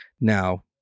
Now